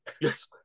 Yes